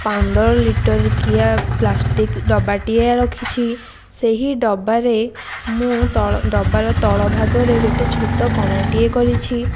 ପନ୍ଦର ଲିଟରକିୟା ପ୍ଲାଷ୍ଟିକ୍ ଡ଼ବାଟିଏ ରଖିଛି ସେହି ଡ଼ବାରେ ମୁଁ ତଳ ଡ଼ବାର ତଳ ଭାଗରେ ଗୋଟେ ଛୋଟ କଣାଟିଏ କରିଛି